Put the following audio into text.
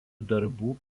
darbų